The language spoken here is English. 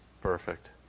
Perfect